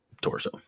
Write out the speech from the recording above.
torso